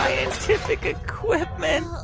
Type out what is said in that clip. scientific equipment